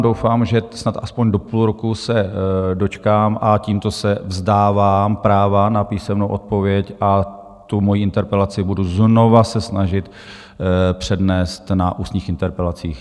Doufám, že snad aspoň do půl roku se dočkám, a tímto se vzdávám práva na písemnou odpověď a tu svoji interpelaci budu znovu se snažit přednést na ústních interpelacích.